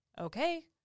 okay